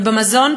ובמזון,